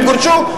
הם גורשו,